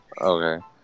Okay